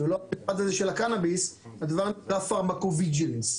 הדבר נקרא פארמה קוביג'ילנס,